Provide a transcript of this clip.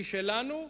היא שלנו,